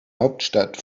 hauptstadt